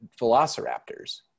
Velociraptors